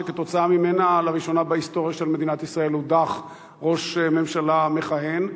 שכתוצאה ממנה לראשונה בהיסטוריה של מדינת ישראל הודח ראש ממשלה מכהן.